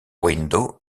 window